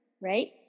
right